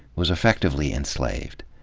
was effectively enslaved.